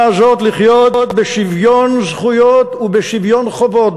הזאת לחיות בשוויון זכויות ובשוויון חובות,